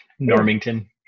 normington